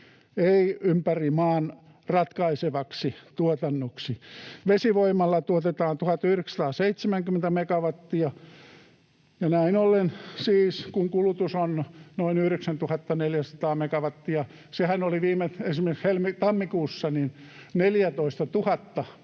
ei ympäri maan ratkaisevaksi tuotannoksi. Vesivoimalla tuotetaan 1 970 megawattia, ja näin ollen siis, kun kulutus on noin 9 400 megawattia... Sehän oli esimerkiksi viime tammikuussa 14 000 megawattia,